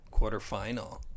quarterfinal